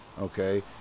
Okay